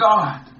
God